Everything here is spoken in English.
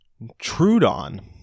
Trudon